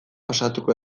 pasatuko